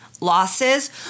losses